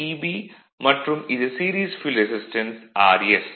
Eb மற்றும் இது series field resistance Rs